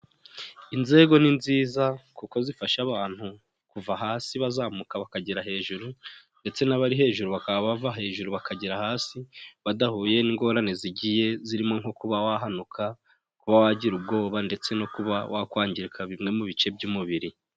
Inzego ni nziza kuko zifasha abantu kuva hasi bazamuka bakagera hejuru ndetse n'abari hejuru bakaba bava hejuru bakagera hasi badahuye n'ingorane zigiye zirimo nko kuba wahanuka, Kuba wagira ubwoba ndetse no kuba wakwangirika bimwe mu bice by'umubiri.